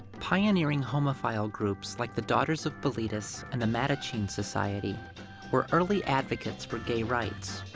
pioneering homophile groups like the daughters of bilitis and the mattachine society were early advocates for gay rights.